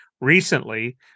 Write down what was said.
recently